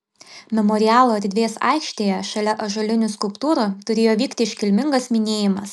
memorialo erdvės aikštėje šalia ąžuolinių skulptūrų turėjo vykti iškilmingas minėjimas